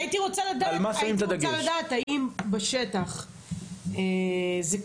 הייתי רוצה לדעת האם בשטח זה קורה.